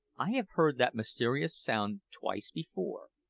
i have heard that mysterious sound twice before,